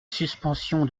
suspension